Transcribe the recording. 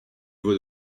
voit